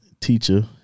Teacher